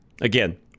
Again